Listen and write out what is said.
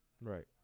Right